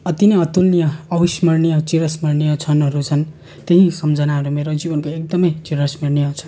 अति नै अतुलनीय अविस्मरणीय चिरस्मरणीय क्षणहरू छन् ती सम्झनाहरू मेरो जीवनको एकदमै चिरस्मरणीय छ